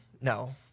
No